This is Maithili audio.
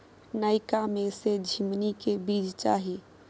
नयका में से झीमनी के बीज चाही?